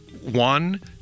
One